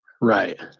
Right